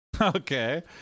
Okay